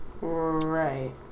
Right